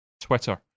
Twitter